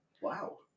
Wow